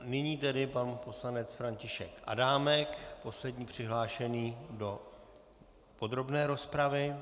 Nyní tedy pan poslanec František Adámek, poslední přihlášený do podrobné rozpravy.